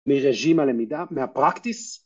מרג'ים הלמידה, מהפרקטיס?